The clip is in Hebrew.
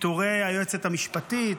פיטורי היועצת המשפטית,